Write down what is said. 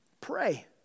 pray